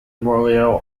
royal